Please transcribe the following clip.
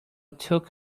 took